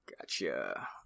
Gotcha